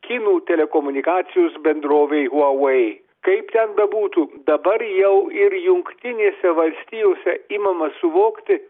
kinų telekomunikacijos bendrovei huawei kaip ten bebūtų dabar jau ir jungtinėse valstijose imama suvokti